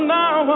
now